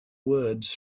words